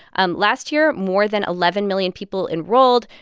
and last year, more than eleven million people enrolled,